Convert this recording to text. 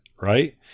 right